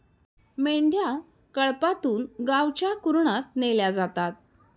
मेंढ्या कळपातून गावच्या कुरणात नेल्या जातात